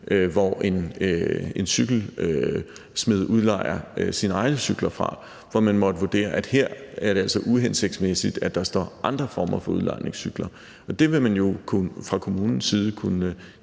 hvor en cykelsmed udlejer sine egne cykler, og hvor man måtte vurdere, at her er det altså uhensigtsmæssigt, at der står andre former for udlejningscykler. Det vil man jo fra kommunens side kunne